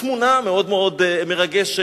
תמונה מאוד מאוד מרגשת,